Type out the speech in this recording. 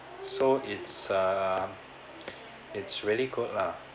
so it's a it's really good lah